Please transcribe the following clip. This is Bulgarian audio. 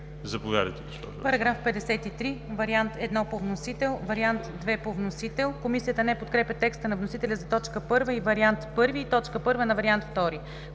Заповядайте, госпожо